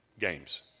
games